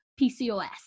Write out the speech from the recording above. pcos